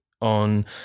on